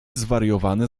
zwariowane